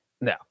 No